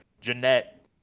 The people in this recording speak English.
jeanette